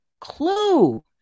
clue